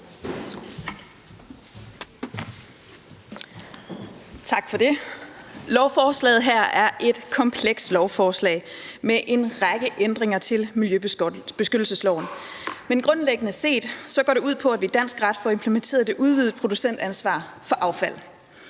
Tak for det. Lovforslaget her er et komplekst lovforslag med en række ændringer til miljøbeskyttelsesloven. Men grundlæggende set går det ud på, at vi i dansk ret får implementeret det udvidede producentansvar for affald.